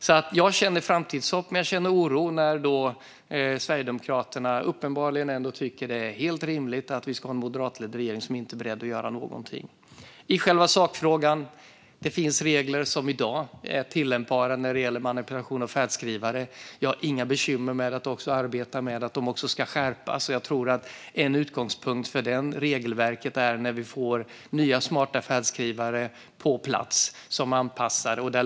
Jag känner därför framtidshopp men också oro när Sverigedemokraterna uppenbarligen ändå tycker att det är helt rimligt att vi ska ha en moderatledd regering som inte är beredd att göra någonting. I själv sakfrågan finns det regler som i dag är tillämpbara vid manipulation av färdskrivare. Jag har inga bekymmer med att arbeta för att de också ska skärpas. En utgångspunkt för detta regelverk är när vi får nya smarta färdskrivare på plats.